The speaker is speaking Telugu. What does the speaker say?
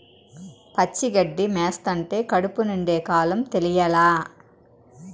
పచ్చి గడ్డి మేస్తంటే కడుపు నిండే కాలం తెలియలా